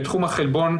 בתחום החלבון,